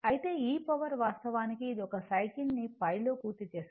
అయితే ఈ పవర్ వాస్తవానికి ఇది ఒక సైకిల్ ని π లో పూర్తి చేస్తుంది